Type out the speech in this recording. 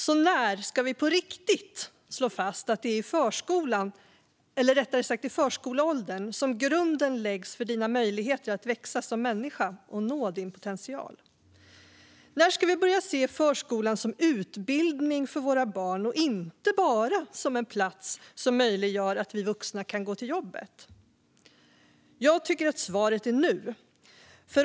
Så när ska vi på riktigt slå fast att det är i förskolan, eller rättare sagt i förskoleåldern, som grunden läggs för dina möjligheter att växa som människa och nå din potential? När ska vi börja se förskolan som utbildning för våra barn och inte bara som en plats som möjliggör för oss vuxna att gå till jobbet? Jag tycker att svaret är nu.